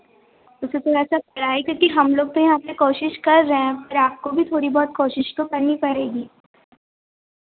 उसे थोड़ा सा पढ़ाई पर कि हम लोग तो यहाँ पर कोशिश कर रहे हैं पर आपको भी थोड़ी बहुत कोशिश तो करनी पड़ेगी